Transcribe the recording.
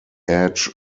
edge